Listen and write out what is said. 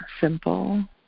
simple